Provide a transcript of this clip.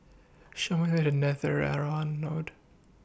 Show Me The Way to Netheravon Road